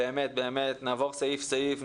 נעבור סעיף-סעיף,